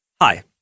Hi